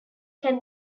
can